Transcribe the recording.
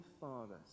father